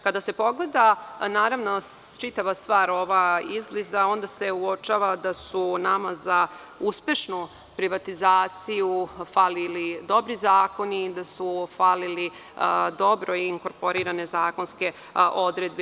Kada se pogleda čitava stvar izbliza, onda se uočava da su nama za uspešnu privatizaciju falili dobri zakoni, da su falile dobro inkorporirane zakonske odredbe.